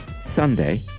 Sunday